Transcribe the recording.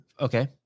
Okay